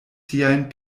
siajn